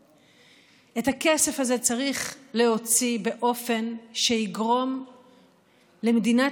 את הכסף הזה צריך להוציא באופן שיגרום למדינת